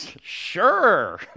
Sure